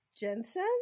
jensen